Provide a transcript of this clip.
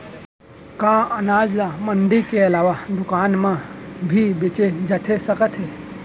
का अनाज ल मंडी के अलावा दुकान म भी बेचे जाथे सकत हे?